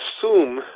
assume